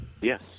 Yes